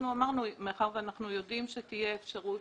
אמרנו: מאחר ואנחנו יודעים שתהיה אפשרות